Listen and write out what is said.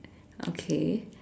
okay